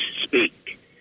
speak